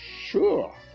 sure